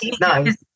nice